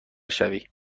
شوی